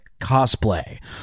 cosplay